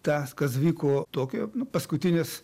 tas kas vyko tokijo nu paskutinės